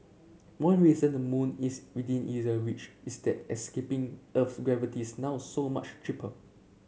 one reason the moon is within easier reach is that escaping gravity's now so much cheaper